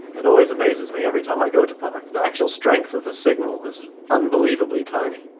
it always amazes me every time i go to parkes, the actual strength of the signal is unbelievably tiny,